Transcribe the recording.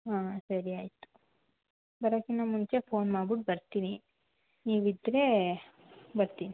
ಹಾಂ ಸರಿ ಆಯಿತು ಬರೋಕಿಂತ ಮುಂಚೆ ಫೋನ್ ಮಾಡ್ಬಿಟ್ ಬರುತ್ತೀನಿ ನೀವಿದ್ದರೆ ಬರ್ತೀನಿ